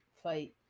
Fight